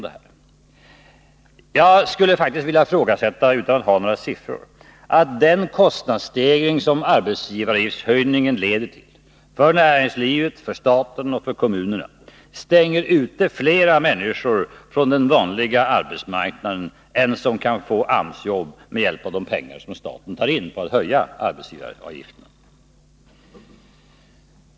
Utan att ha några siffror skulle jag faktiskt vilja ifrågasätta om inte den kostnadsstegring som arbetsgivaravgiftshöjningen leder till för näringslivet, staten och kommunerna gör att antalet människor som stängs ute från den vanliga arbetsmarknaden blir större än antalet människor som kan få AMS-jobb med hjälp av de pengar som staten tar in genom att höja arbetsgivaravgifterna.